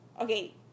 okay